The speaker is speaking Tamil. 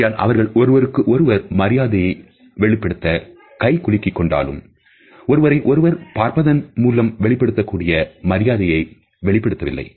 ஆகையால் அவர்கள் ஒருவருக்கொருவர் மரியாதையை வெளிப்படுத்த கைகுலுக்கிக் கொண்டாலும் ஒருவரை ஒருவர் பார்ப்பதன் மூலம் வெளிப்படுத்தக்கூடிய மரியாதையை வெளிப்படுத்த வில்லை